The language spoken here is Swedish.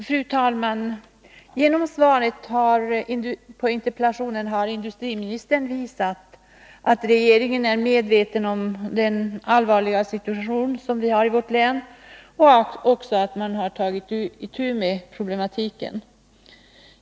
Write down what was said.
Fru talman! Genom svaret på interpellationen har industriministern visat att regeringen är medveten om den allvarliga situation som vi har i vårt län och också att man har tagit itu med problematiken.